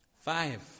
five